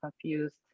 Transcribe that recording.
confused